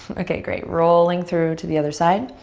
okay, great. rolling through to the other side.